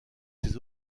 ces